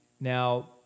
Now